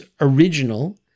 original